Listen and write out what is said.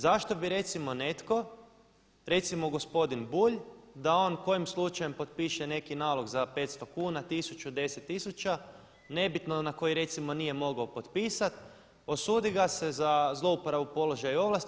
Zašto bi recimo netko, recimo gospodin Bulj da on kojim slučajem potpiše neki nalog za 500 kuna, 1000, 10000, nebitno na koji recimo nije mogao potpisati osudi ga se za zlouporabu položaja i ovlasti.